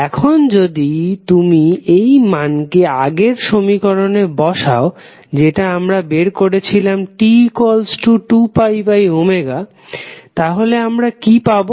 এখন যদি তুমি এই মানকে আগের সমিকরণে বসাও যেটা আমরা বের করাছেলাম T2πω তাহলে আমরা কি পাবো